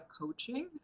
coaching